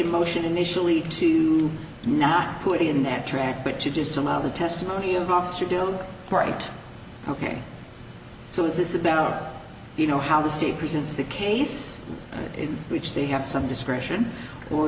a motion initially to not put an end track but to just allow the testimony of officer do the right ok so is this about you know how the state presents the case in which they have some discretion or